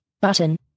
button